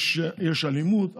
יש אלימות,